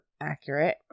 accurate